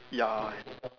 ya